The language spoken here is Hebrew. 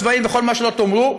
הצבאיים וכל מה שלא תאמרו,